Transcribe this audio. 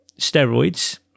steroids